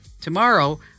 Tomorrow